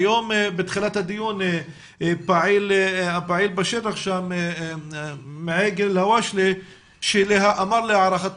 היום בתחילת הדיון הפעיל בשטח שם --- אמר שלהערכת